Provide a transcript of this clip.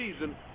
season